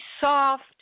soft